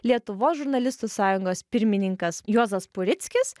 lietuvos žurnalistų sąjungos pirmininkas juozas purickis